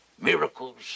miracles